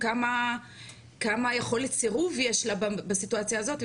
כמה יכולת סירוב יש לה בסיטואציה הזאת.